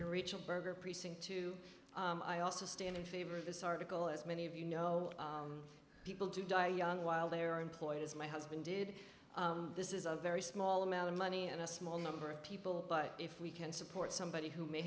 to reach a burger precinct to i also stand in favor of this article as many of you know people do die young while they are employed as my husband did this is a very small amount of money and a small number of people but if we can support somebody who may